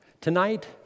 tonight